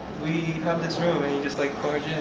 we have this room and you just like barge in.